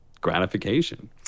gratification